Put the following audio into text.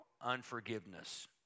unforgiveness